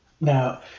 Now